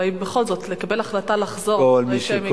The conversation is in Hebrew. הרי בכל זאת, לקבל החלטה לחזור אחרי שהם הגיעו.